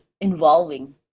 involving